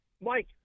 Mike